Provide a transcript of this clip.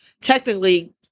technically